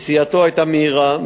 נסיעתו הייתה מהירה,